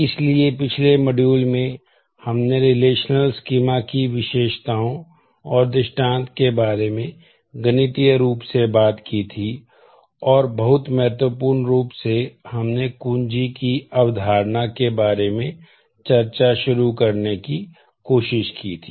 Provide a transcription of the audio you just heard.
इसलिए पिछले मॉड्यूल में हमने रिलेशनल स्कीमा की विशेषताओं और दृष्टान्त के बारे में गणितीय रूप में बात की थी और बहुत महत्वपूर्ण रूप से हमने कुंजी की अवधारणा के बारे में चर्चा शुरू करने की कोशिश की थी